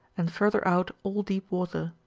and fiirther out all deep water.